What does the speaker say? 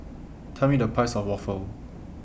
Tell Me The Price of Waffle